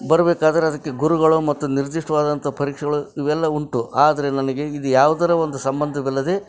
ಬರಬೇಕಾದರೆ ಅದಕ್ಕೆ ಗುರುಗಳು ಮತ್ತು ನಿರ್ದಿಷ್ಟವಾದಂತಹ ಪರೀಕ್ಷೆಗಳು ಇವೆಲ್ಲ ಉಂಟು ಆದರೆ ನನಗೆ ಇದು ಯಾವುದರ ಒಂದು ಸಂಬಂಧವಿಲ್ಲದೆ